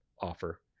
offer